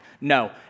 No